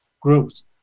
groups